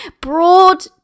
Broad